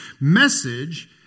message